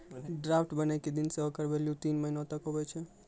draft बनै के दिन से हेकरो भेल्यू तीन महीना तक हुवै छै